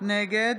נגד